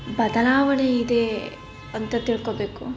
ಬದಲಾವಣೆ ಇದೆ ಅಂತ ತಿಳ್ಕೊಬೇಕು